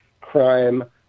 crime